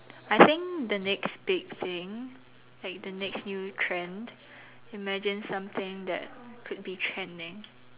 I think the next big thing like the next new trend imagine something that could be trending